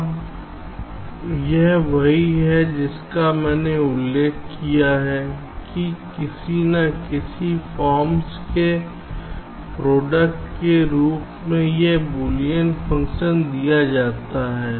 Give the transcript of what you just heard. अब यह वही है जिसका मैंने उल्लेख किया है कि किसी न किसी फॉर्म्स के प्रोडक्ट के रूप में एक बूलियन फ़ंक्शन दिया जाता है